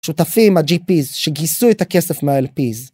שותפים הג'י פיז, שגייסו את הכסף מהאל פיז.